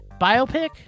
Biopic